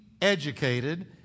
educated